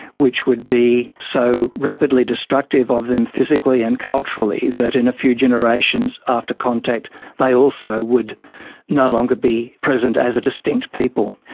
which would be so rapidly destructive of them physically and culturally that in a few generations after contact they also would no longer be present as a distinct people.